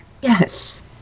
Yes